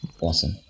Awesome